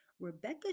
Rebecca